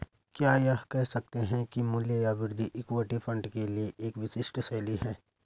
क्या यह कह सकते हैं कि मूल्य या वृद्धि इक्विटी फंड के लिए एक विशिष्ट शैली है?